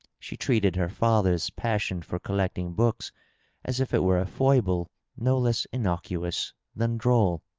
she treated her father's passion for collecting books as if it were a foible no less innocuous than droll.